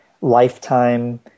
lifetime